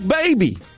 Baby